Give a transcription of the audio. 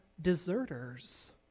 deserters